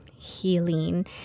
healing